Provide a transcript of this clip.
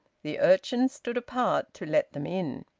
the urchins stood apart to let them in.